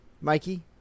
Mikey